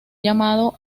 llamado